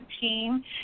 team